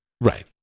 Right